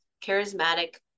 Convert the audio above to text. charismatic